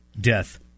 death